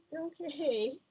okay